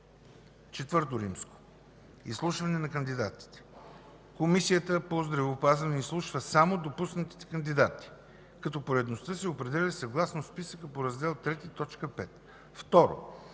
IV. Изслушване на кандидатите 1. Комисията по здравеопазването изслушва само допуснатите кандидати, като поредността се определя съгласно списъка по Раздел III,